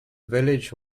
village